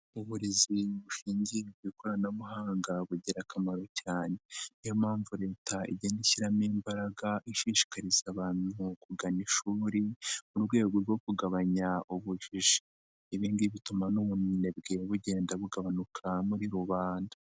Uburezi bushingiye ku ikoranabuhanga bugira akamaro cyane ni yo mpamvu Leta igenda ishyiramo imbaraga ishishikariza abantu kugana ishuri mu rwego rwo kugabanya ubujiji, ibi ngibi bituma n'ubunebwe bugenda bugabanuka muri rubanda.